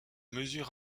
mesure